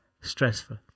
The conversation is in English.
stressful